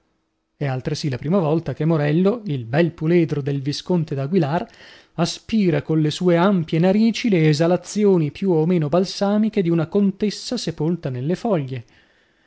è altresì la prima volta che morello il bel puledro del visconte d'aguilar aspira colle sue ampie narici le esalazioni più o meno balsamiche di una contessa sepolta nelle foglie